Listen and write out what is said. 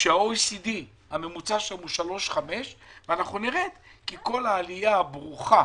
כשהממוצע ב-OECD הוא 3.5. אנחנו נרד כי כל העלייה הברוכה